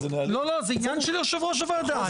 לא, לא, זה עניין של יושב ראש הוועדה.